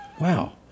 wow